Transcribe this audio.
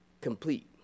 complete